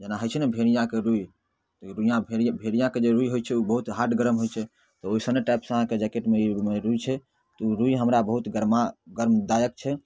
जेना होइ छै ने भेड़िआके रुइ तऽ ओ रोइआँ भेड़ि भेड़िआके जे रुइ होइ छै ओ बहुत हार्ड गरम होइ छै तऽ ओइसने टाइपसँ अहाँके जैकेटमे ई ओहिमे रुइ छै तऽ ओ रुइ हमरा बहुत गरमा गर्मदायक छै